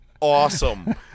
awesome